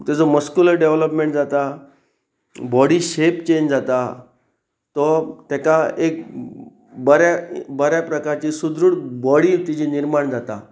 तेजो muscular development जाता body shape change जाता तो ताका एक बऱ्या बऱ्या प्रकारची सुदृड बॉडी तिजी निर्माण जाता